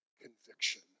conviction